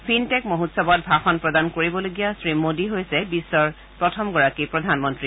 fintech মহোৎসৱত ভাষণ প্ৰদান কৰিবলগীয়া শ্ৰীমোদী হৈছে বিশ্বৰ প্ৰথমগৰাকী প্ৰধানমন্ত্ৰী